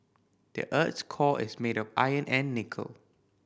the earth's core is made of iron and nickel